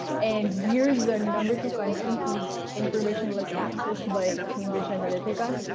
and we are the number two country whose information was accessed by cambridge analytica,